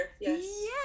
yes